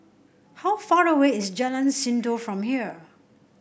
how far away is Jalan Sindor from here